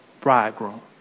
bridegroom